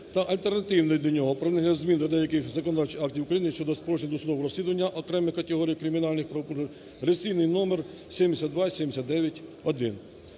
та альтернативний до нього про внесення змін до деяких законодавчих актів України щодо спрощення досудового розслідування окремих категорій кримінальних правопорушень (реєстраційний номер 7279-1).